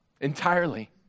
Entirely